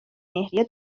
مهریه